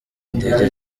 indege